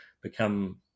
become